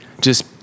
Just-